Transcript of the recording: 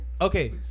Okay